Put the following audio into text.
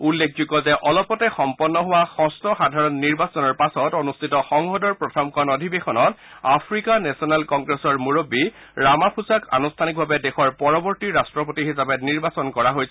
উল্লেখযোগ্য যে অলপতে সম্পন্ন হোৱা ষষ্ঠ সাধাৰণ নিৰ্বাচনৰ পাছত অনুষ্ঠিত সংসদৰ প্ৰথমখন অধিৱেশনত আফ্ৰিকা নেচনেল কংগ্ৰেছৰ মুৰববী ৰামফোচাক আনুষ্ঠানিকভাৱে দেশৰ পৰবৰ্তী ৰাট্টপতি হিচাপে নিৰ্বাচন কৰা হৈছিল